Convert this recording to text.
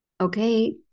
okay